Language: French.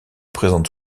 présente